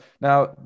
Now